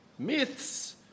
Myths